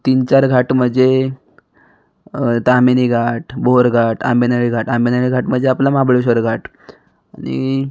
तीन चार घाट म्हणजे ताम्हिणीघाट बोरघाट आंबेनळी घाट आंबेनळी घाट म्हणजे आपला महाबळेश्वर घाट आणि